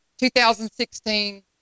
2016